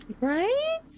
Right